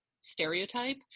stereotype